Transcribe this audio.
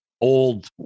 old